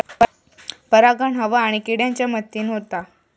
परागण हवा आणि किड्यांच्या मदतीन होता